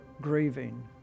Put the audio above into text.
grieving